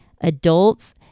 adults